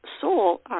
soul